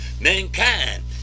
Mankind